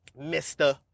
mister